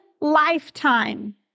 lifetime